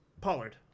Pollard